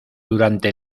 durante